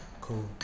cool